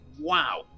wow